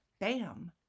Bam